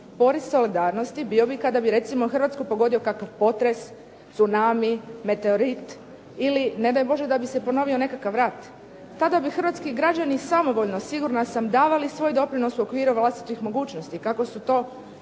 Porez solidarnosti bio bi kada bi recimo Hrvatsku pogodio kakav potres, tsunami, meteorit ili ne daj Bože da bi se ponovio nekakav rat. Tada bi hrvatski građani samovoljno, sigurna sam, davali svoj doprinos u okviru vlastitih mogućnosti,